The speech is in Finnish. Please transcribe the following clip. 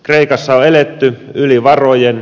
kreikassa on eletty yli varojen